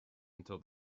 until